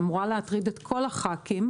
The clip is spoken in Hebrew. שאמורה להטריד את כל חברי הכנסת,